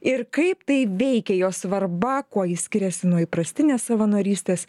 ir kaip tai veikia jo svarba kuo jis skiriasi nuo įprastinės savanorystės